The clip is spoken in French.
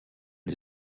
les